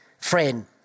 friend